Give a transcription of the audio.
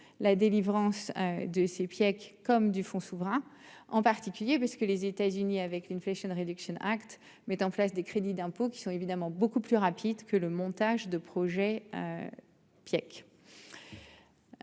la délivrance de ces pièces comme du fonds souverain en particulier parce que les États-Unis avec une flèche une réduction Act mettent en place des crédits d'impôt qui sont évidemment beaucoup plus rapide que le montage de projet.